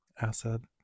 acid